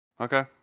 Okay